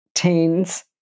Teens